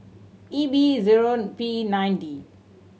E B zero P nine D